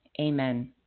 Amen